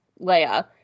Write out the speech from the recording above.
Leia